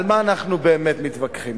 על מה אנחנו באמת מתווכחים?